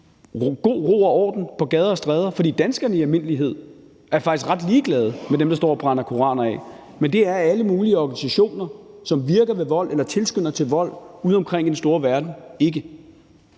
god ro og orden på gader og stræder, for danskerne i almindelighed er faktisk ret ligeglade med dem, der står og brænder koraner af, men det er alle mulige organisationer, som virker ved vold eller tilskynder til vold udeomkring i den store verden, ikke.